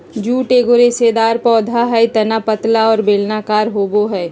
jute एगो रेशेदार पौधा हइ तना पतला और बेलनाकार होबो हइ